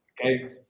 Okay